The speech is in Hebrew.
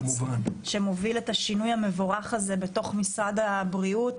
שמוביל את השינוי המבורך הזה במשרד הבריאות,